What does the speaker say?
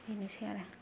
बेनोसै आरो